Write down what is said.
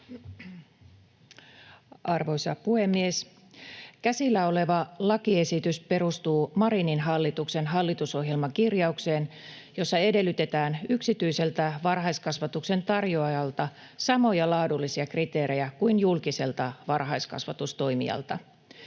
Arvoisa puhemies! Käsillä oleva lakiesitys perustuu Marinin hallituksen hallitusohjelman kirjaukseen, jossa edellytetään yksityiseltä varhaiskasvatuksen tarjoajalta samoja laadullisia kriteerejä kuin julkiselta varhaiskasvatustoimijalta.